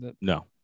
No